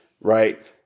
right